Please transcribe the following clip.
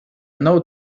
nou